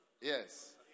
Yes